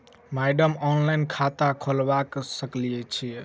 Madam online खाता खोलबा सकलिये छीयै?